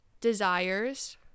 desires